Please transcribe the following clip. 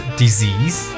disease